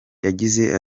yagize